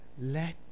let